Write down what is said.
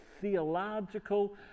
theological